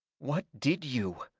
what did you?